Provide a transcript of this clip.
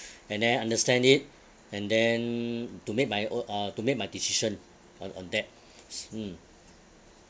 and then understand it and then to make my ow~ uh to make my decision on on that s~ mm